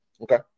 Okay